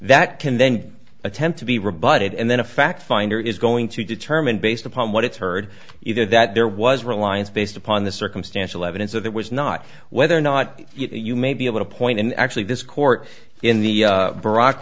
that can then attempt to be rebutted and then a fact finder is going to determine based upon what it's heard either that there was reliance based upon the circumstantial evidence of that was not whether or not you may be able to point in actually this court in the